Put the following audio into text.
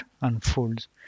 unfolds